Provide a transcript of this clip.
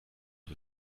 für